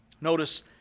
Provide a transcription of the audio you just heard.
notice